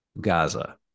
Gaza